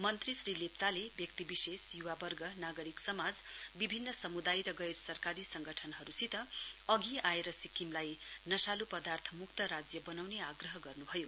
मन्त्री श्री लेप्चाले व्यक्तिविशेष युवावर्ग नागरिक समाज विभिन्न समुदाय र गैर सरकारी संगठनहरुसित अघि आएर सिक्किमलाई नशालुपदार्थ मुक्त राज्य बनाउने आग्रह गर्नुभयो